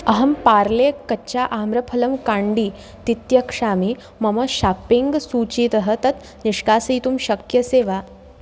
अहं पार्ले कच्चा आम्रफलं काण्डी तित्यक्ष्यामि मम शाप्पिङ्ग् सूचीतः तत् निष्कासयितुं शक्यसे वा